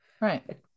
Right